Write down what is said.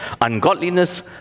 Ungodliness